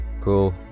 cool